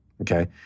Okay